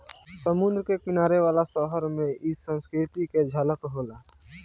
समुंद्र के किनारे वाला शहर में इ संस्कृति के झलक होला